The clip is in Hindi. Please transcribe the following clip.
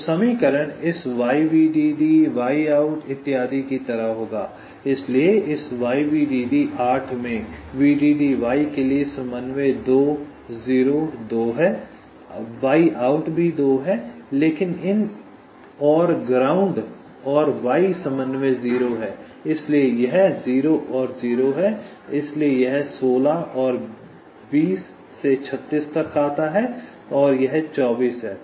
तो समीकरण इस y vdd y out इत्यादि की तरह होगा इसलिए इस y vdd 8 में vdd y के लिए समन्वय 2 0 2 है y आउट भी 2 है लेकिन इन और ग्राउंड और y समन्वय 0 है इसलिए यह 0 और 0 है इसलिए यह 16 और 20 36 तक आता है और यह 24 है